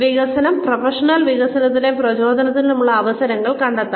വികസനം പ്രൊഫഷണൽ വികസനത്തിനും പ്രചോദനത്തിനുമുള്ള അവസരങ്ങൾ കണ്ടെത്തണം